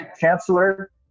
Chancellor